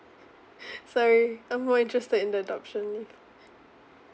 sorry I'm more interested in the adoption leave